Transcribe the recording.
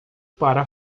para